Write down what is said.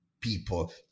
people